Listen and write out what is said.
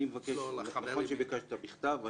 אני יודע שביקשת להגיש את ההסתייגויות בכתב.